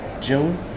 June